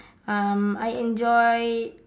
um I enjoy